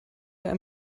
jahr